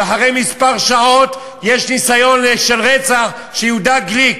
ואחרי כמה שעות יש ניסיון של רצח של יהודה גליק,